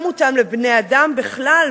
לא מותאם לבני-אדם בכלל,